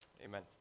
Amen